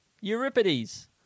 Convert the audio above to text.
Euripides